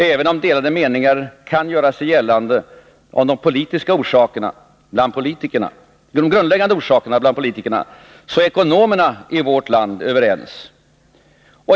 Även om delade meningar kan göra sig gällande bland politikerna om de grundläggande orsakerna, är ekonomerna i vårt land överens.